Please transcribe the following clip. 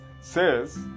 says